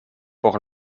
por